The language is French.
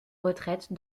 retraite